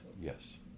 yes